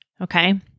Okay